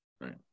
right